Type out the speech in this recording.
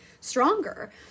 stronger